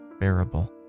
bearable